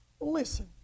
Listen